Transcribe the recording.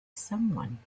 someone